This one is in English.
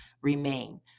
remain